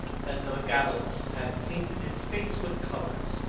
as elagabalus, had painted his face with colours,